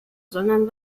sondern